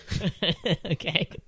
Okay